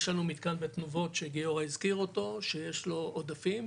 יש לנו מתקן בתנובות שגיורא הזכיר אותו שיש לו עודפים,